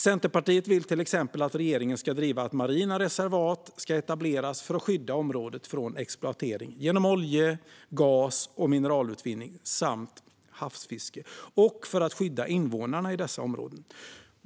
Centerpartiet vill till exempel att regeringen ska driva att marina reservat ska etableras för att området ska skyddas från exploatering genom olje-, gas och mineralutvinning samt havsfiske och för att invånarna i dessa områden ska skyddas.